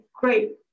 great